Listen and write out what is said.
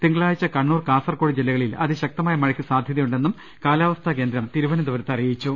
തിങ്കളാഴ്ച്ച കണ്ണൂർ കാസർകോട് ജില്ലകളിൽ അതിശക്തമായ മഴയ്ക്ക് സാധ്യത യുണ്ടെന്നും കാലാവസ്ഥാ കേന്ദ്രം തിരുവനന്തപുരത്ത് അറിയിച്ചു